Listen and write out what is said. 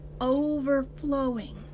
overflowing